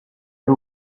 ari